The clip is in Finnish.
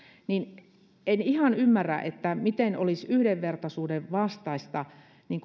niin en ihan ymmärrä miten olisi yhdenvertaisuuden vastaista